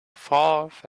forth